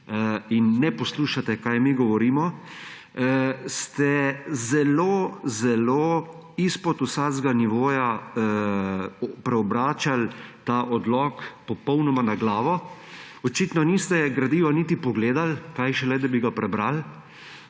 in ne poslušate, kaj mi govorimo. Ste izpod vsakega nivoja preobračali ta odlok popolnoma na glavo. Očitno niste gradiva niti pogledali, kaj šele da bi ga prebrali.